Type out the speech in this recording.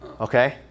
okay